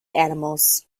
animals